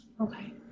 Okay